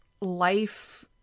life